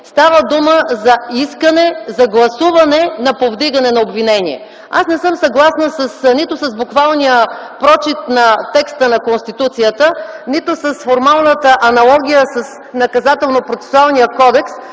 Става дума за искане на гласуване на повдигане на обвинение. Аз не съм съгласна нито с буквалния прочит на текста на Конституцията, нито с формалната аналогия с Наказателно-процесуалния кодекс,